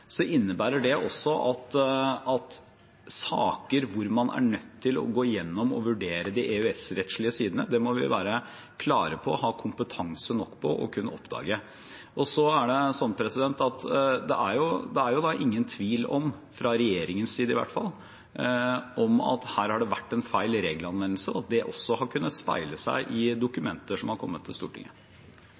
innebærer det også at i saker hvor man er nødt til å gå gjennom og vurdere de EØS-rettslige sidene, må vi være klare og ha kompetanse nok til å kunne oppdage det. Det er ingen tvil om – fra regjeringens side, i hvert fall – at her har det vært en feil regelanvendelse, og at det også har kunnet speile seg i dokumenter som har kommet til Stortinget.